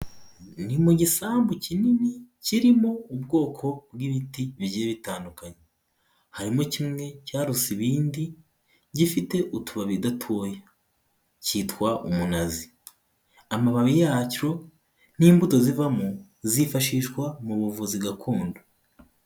Ni mu gisambu kinini kirimo ubwoko bw'ibiti bigiye bitandukanye. Harimo kimwe cyaruse ibindi, gifite utubabi dutoya. Cyitwa umunazi. Amababi yacyo n'imbuto zivamo zifashishwa mu buvuzi gakondo.